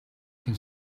can